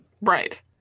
Right